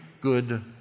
good